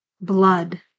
blood